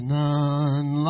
none